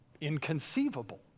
inconceivable